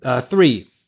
Three